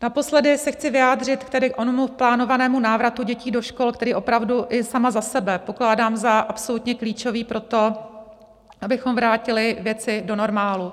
Naposledy se chci vyjádřit tedy k onomu plánovanému návratu dětí do škol, který opravdu si sama za sebe pokládám za absolutně klíčový pro to, abychom vrátili věci do normálu.